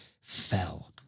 fell